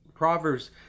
Proverbs